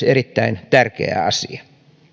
erittäin tärkeä asia